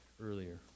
earlier